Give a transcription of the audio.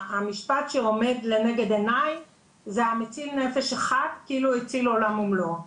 המשפט שעומד לנגד עיניי זה המציל נפש אחת כאילו הציל עולם ומלואו,